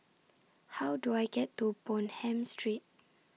How Do I get to Bonham Street